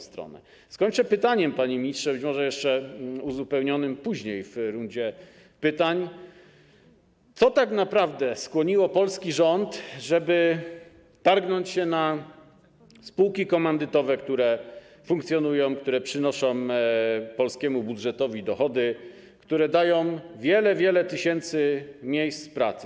Skończę pytaniem, panie ministrze, być może jeszcze uzupełnionym później, w rundzie pytań: Co tak naprawdę skłoniło polski rząd, żeby targnąć się na spółki komandytowe, które funkcjonują, które przynoszą polskiemu budżetowi dochody, które dają wiele, wiele tysięcy miejsc pracy?